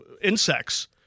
insects